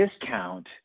discount